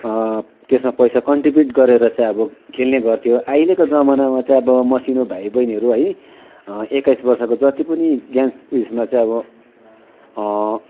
त्यसमा पैसा कन्ट्रिबिउट गरेर चाहिँ अब खेल्ने गर्थ्यो अहिलेको जमानामा चाहिँ अब मसिनो भाइबहिनीहरू है एक्काइस वर्षको जति पनि ज्ञान उसमा चाहिँ अब